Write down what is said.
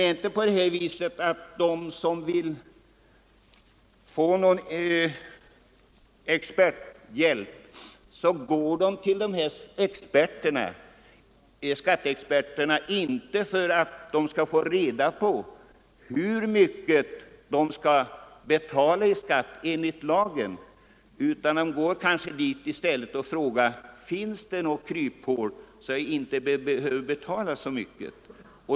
Men är det inte så att de som anlitar 23 oktober 1974 skatteexperter gör det, inte för att få reda på hur mycket de skall betala ——— i skatt enligt lagen utan för att få veta om det finns något kryphål så att — Tillsättande av en de inte behöver betala så mycket.